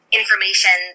information